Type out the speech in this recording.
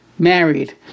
Married